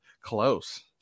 Close